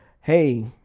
Hey